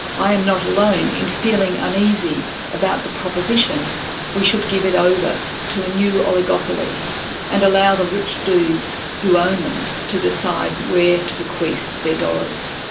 i am not alone in feeling uneasy about the proposition we should give it over to a new oligopoly and allow the rich dudes who own them to decide where to bequeath their dollars.